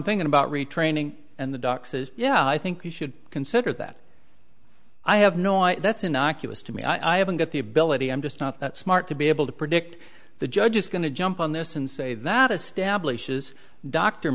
thinking about retraining and the doc says yeah i think you should consider that i have no idea that's innocuous to me i haven't got the ability i'm just not that smart to be able to predict the judge is going to jump on this and say that establishes d